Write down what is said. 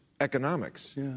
economics